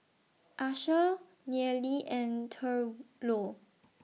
Asher Nealie and Thurlow